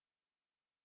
mmhmm